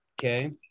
okay